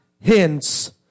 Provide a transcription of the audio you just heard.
hence